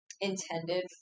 intended